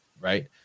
right